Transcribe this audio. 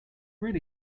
really